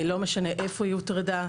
לא משנה איפה היא הוטרדה.